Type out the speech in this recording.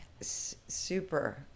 Super